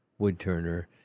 woodturner